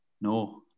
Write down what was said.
No